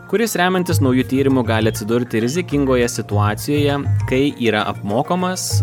kuris remiantis nauju tyrimu gali atsidurti rizikingoje situacijoje kai yra apmokomas